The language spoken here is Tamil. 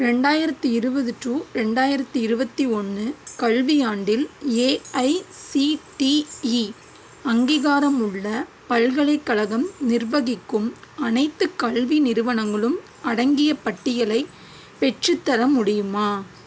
ரெண்டாயிரத்து இருபது டு ரெண்டாயிரத்து இருபத்தி ஒன்று கல்வியாண்டில் ஏஐசிடிஇ அங்கீகாரமுள்ள பல்கலைக்கழகம் நிர்வகிக்கும் அனைத்துக் கல்வி நிறுவனங்களும் அடங்கிய பட்டியலை பெற்றுத்தர முடியுமா